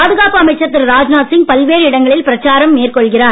பாதுகாப்பு அமைச்சர் திரு ராஜ்நாத் சிங் பல்வேறு இடங்களில் பிரச்சாரம் மேற்கொள்கிறார்